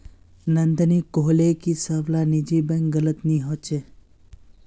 नंदिनी कोहले की सब ला निजी बैंक गलत नि होछे